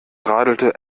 radelte